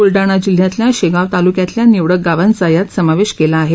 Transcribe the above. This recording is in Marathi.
बुलडाणा जिल्ह्यातल्या शेगाव तालुक्यातल्या निवडक गावांचा यात समावेश केला आहे